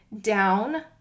down